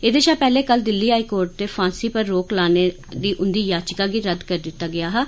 एह्दे शा पैहले कल दिल्ली हाईकोर्ट दे फांसी पर रोक लाने दी उंदी याचिका गी रद्द करी दित्ता हा